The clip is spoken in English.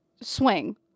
swing